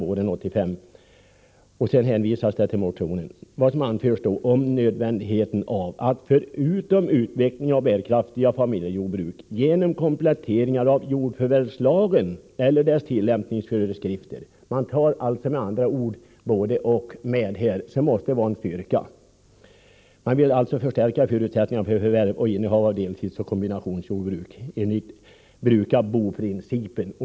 ”-—-- våren 1985.” Det hänvisas också till motionen när det gäller vad som anförs om nödvändigheten av att förutom utvecklingen av bärkraftiga familjejordbruk genomföra kompletteringar av jordförvärvslagen eller dess tillämpningsföreskrifter. Båda dessa frågor tas alltså med, och det måste vara en styrka. Man vill alltså förstärka förutsättningarna för förvärv och innehav av deltidsoch kombinationsjordbruk enligt bruka—bo-principen.